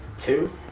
Two